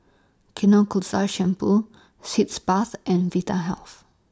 Shampoo Sitz Bath and Vitahealth